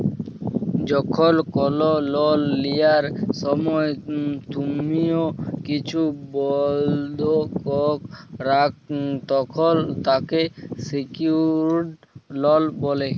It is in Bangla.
যখল কল লল লিয়ার সময় তুম্হি কিছু বল্ধক রাখ, তখল তাকে সিকিউরড লল ব্যলে